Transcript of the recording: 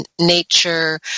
nature